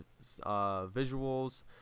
visuals